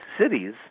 cities